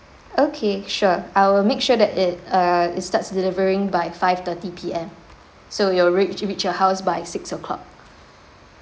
okay sure I will make sure that it err it starts delivering by five thirty P_M so it'll reach reach your house by six o'clock